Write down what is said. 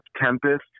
Tempest